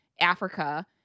Africa